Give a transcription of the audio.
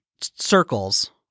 circles